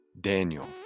Daniel